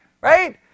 right